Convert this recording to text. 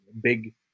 big